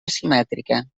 asimètrica